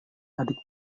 adik